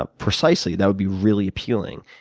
ah precisely, that would be really appealing.